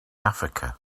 africa